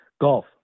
Golf